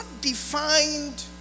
defined